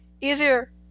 Easier